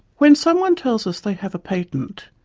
when someone tells us they have a patent,